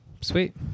sweet